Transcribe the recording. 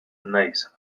naiz